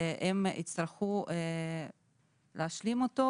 הם יצטרכו להשלים אותו,